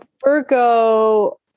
Virgo